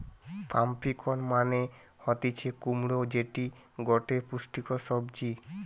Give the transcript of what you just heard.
pumpkin মানে হতিছে কুমড়ো যেটি গটে পুষ্টিকর সবজি